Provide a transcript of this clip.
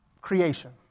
creation